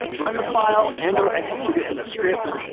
run the file and or execute it as a script,